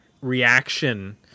reaction